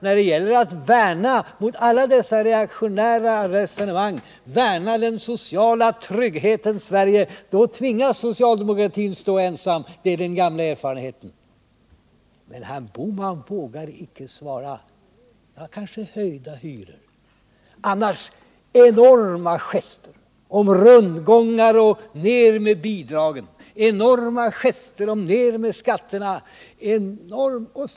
När det gäller att värna den sociala tryggheten i Sverige mot alla dessa reaktionära resonemang tvingas socialdemokratin stå ensam — det är den gamla erfarenheten. Men herr Bohman vågar icke svara. Det kanske blir en höjning av hyrorna — det kan man möjligen få ut av herr Bohmans anförande, men f. ö. var det bara enorma gester och tal om rundgångar, bidragssänkningar och skattesänkningar.